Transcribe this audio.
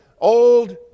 old